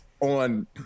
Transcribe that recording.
on